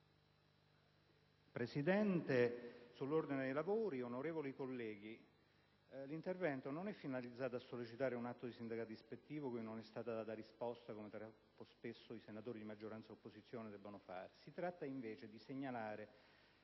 Presidente, onorevoli colleghi, il presente intervento non è finalizzato a sollecitare un atto di sindacato ispettivo cui non è stata data risposta, come troppo spesso i senatori di maggioranza e di opposizione debbono fare; si tratta, invece, di segnalare